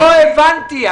לא הבנתי.